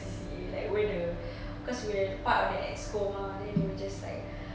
C_C_A like we're the cause we're a part of the EXCO mah then we're just like